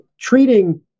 treating